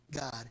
God